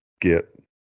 get